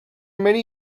many